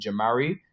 Jamari